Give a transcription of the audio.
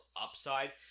upside